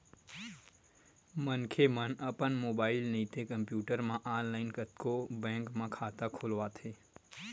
मनखे मन अपन मोबाईल नइते कम्प्यूटर म ऑनलाईन कतको बेंक म खाता खोलवाथे